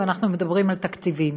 ואנחנו מדברים על תקציבים.